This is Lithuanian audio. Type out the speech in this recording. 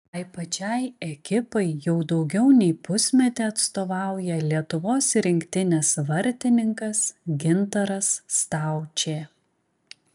tai pačiai ekipai jau daugiau nei pusmetį atstovauja lietuvos rinktinės vartininkas gintaras staučė